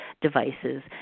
devices